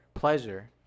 pleasure